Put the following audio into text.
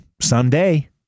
someday